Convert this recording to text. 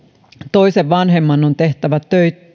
toisen vanhemman on tehtävä